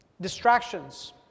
distractions